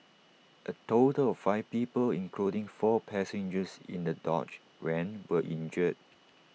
A total of five people including four passengers in the dodge van were injured